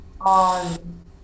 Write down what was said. on